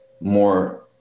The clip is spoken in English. more